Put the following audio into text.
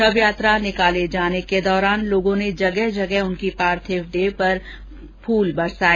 शव यात्रा निकाले जाने के दौरान लोगों ने जगह जगह उनकी पार्थिव देह पर फूल बरसाए